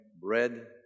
bread